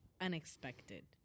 unexpected